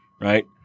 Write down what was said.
Right